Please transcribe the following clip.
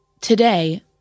Today